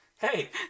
hey